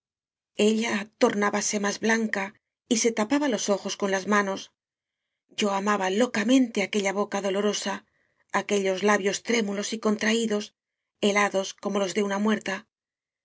sorprendía ella tornábase más blanca y se tapaba los ojos con las manos yo amaba locamente aquella boca dolorosa aquellos labios trémulos y contraídos helados como los de una muertaf